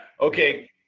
okay